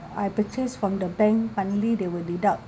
I purchase from the bank monthly they will deduct